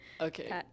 okay